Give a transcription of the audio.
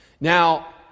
Now